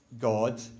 God